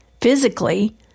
physically